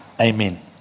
amen